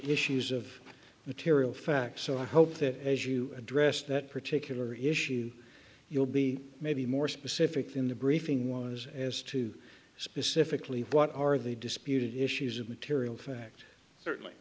issues of material fact so i hope that as you address that particular issue you'll be maybe more specific in the briefing was as to specifically what are the disputed issues of material fact certainly